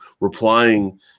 replying